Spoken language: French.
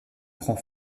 prend